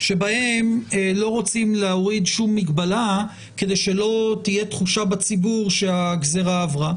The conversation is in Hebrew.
בהם לא רוצים להוריד שום מגבלה כדי שלא תהיה תחושה בציבור שהגזרה עברה.